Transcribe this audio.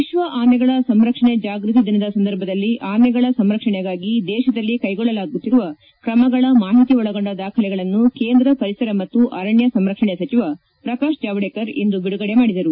ವಿಶ್ವ ಆನೆಗಳ ಸಂರಕ್ಷಣೆ ಜಾಗ್ಬತಿ ದಿನದ ಸಂದರ್ಭದಲ್ಲಿ ಆನೆಗಳ ಸಂರಕ್ಷಣೆಗಾಗಿ ದೇಶದಲ್ಲಿ ಕ್ಟೆಗೊಳ್ಳಲಾಗುತ್ತಿರುವ ಕ್ರಮಗಳ ಮಾಹಿತಿ ಒಳಗೊಂಡ ದಾಖಲೆಗಳನ್ನು ಕೇಂದ್ರ ಪರಿಸರ ಮತ್ತು ಅರಣ್ಯ ಸಂರಕ್ಷಣೆ ಸಚಿವ ಪ್ರಕಾಶ್ ಜಾವದೇಕರ್ ಇಂದು ಬಿದುಗದೆ ಮಾದಿದರು